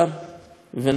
ונתנו לה ביטוי,